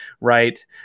right